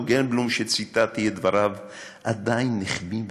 גלבלום שציטטתי את דבריו עדיין נחבאים,